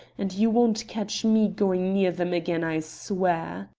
and you won't catch me going near them again, i swear.